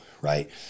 right